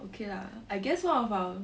okay lah I guess one of our